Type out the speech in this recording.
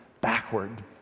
Backward